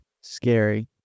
Scary